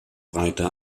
breite